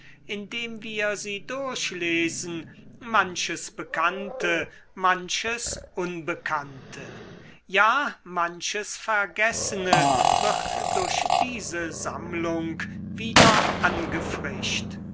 indem wir sie durchlesen manches bekannte manches unbekannte ja manches vergessene wird durch diese sammlung wieder